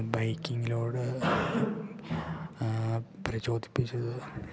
ബൈക്കിങ്ങിലോട്ട് പ്രചോദിപ്പിച്ചത്